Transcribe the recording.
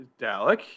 Dalek